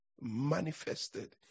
manifested